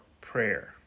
prayer